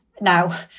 Now